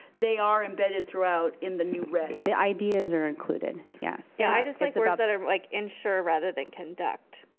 they are embedded throughout in the new red. the ideas are included, yes. yeah i just like words that are like ensure rather than conduct.